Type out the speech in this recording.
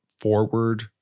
forward